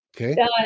Okay